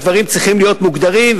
הדברים צריכים להיות מוגדרים,